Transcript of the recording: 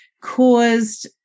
caused